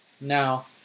Now